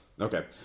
Okay